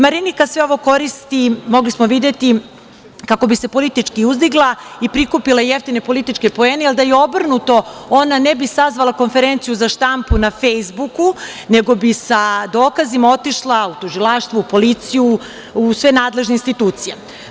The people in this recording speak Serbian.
Marinika sve ovo koristi, mogli smo videti, kako bi se politički uzdigla i prikupila jeftine političke poene, jer da je obrnuto ona ne bi sazvala konferenciju za štampu na Fejsbuku, nego bi sa dokazima otišla u tužilaštvo, u policiju, u sve nadležne institucije.